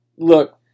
Look